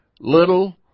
little